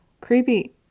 creepy